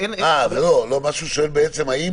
הוא שואל האם